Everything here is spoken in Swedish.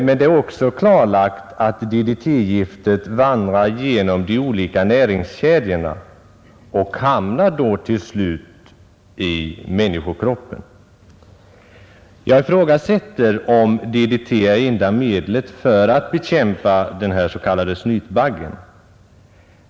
Men det är också klarlagt att DDT-giftet vandrar genom de olika näringskedjorna och då till slut hamnar i människokroppen. Jag ifrågasätter om DDT är enda medlet för att bekämpa snytbaggen.